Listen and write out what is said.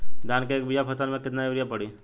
धान के एक बिघा फसल मे कितना यूरिया पड़ी?